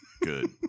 Good